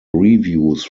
reviews